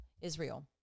Israel